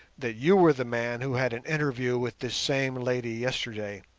that you were the man who had an interview with this same lady yesterday,